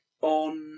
on